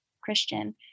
Christian